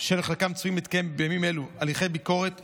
של חלקם צפויים להתקיים בימים אלו הליכי ביקורת שיפוטית.